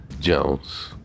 Jones